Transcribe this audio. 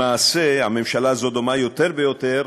למעשה, הממשלה הזאת דומה יותר ויותר